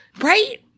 Right